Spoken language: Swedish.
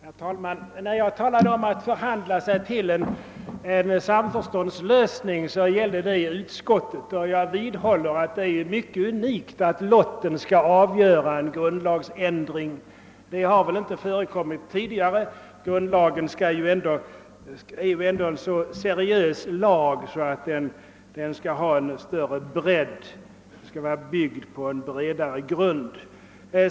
Herr talman! När jag talade om att förhandla sig till en samförståndslösning gällde det utskottet. Jag vidhåller att det är mycket unikt att lotten får avgöra en grundlagsändring. Det har väl inte förekommit tidigare. Grundlagen är ju ändå en så seriös lag att den skall vara byggd på en stabilare grund.